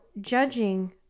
judging